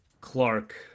Clark